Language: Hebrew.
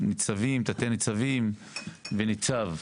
תתי ניצבים וניצב.